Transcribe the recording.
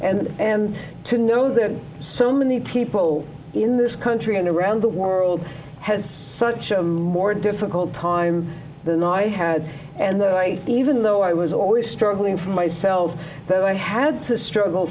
and and to know that so many people in this country and around the world has such a more difficult time than i had and then i even though i was always struggling for myself that i had to